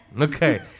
Okay